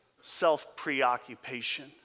self-preoccupation